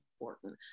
important